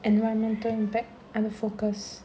environmental impact and the focus